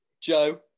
Joe